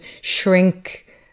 shrink